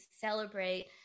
celebrate